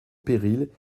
péril